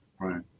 Right